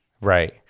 Right